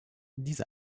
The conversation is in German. diese